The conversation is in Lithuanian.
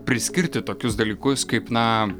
priskirti tokius dalykus kaip na